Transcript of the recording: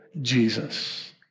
Jesus